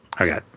Okay